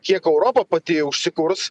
kiek europa pati užsikurs